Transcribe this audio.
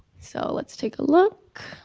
so let's take a look.